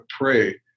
pray